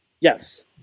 Yes